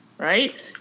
right